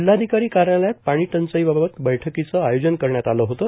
जिल्हाधिकारी कार्यालयात पाणी टंचाईबाबत बैठकिचे आयोजन करण्यात आलं होतं